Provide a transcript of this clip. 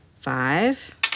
five